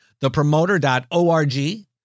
thepromoter.org